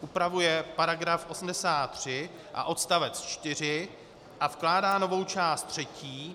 Upravuje § 83 a odst. 4 a vkládá novou část 3.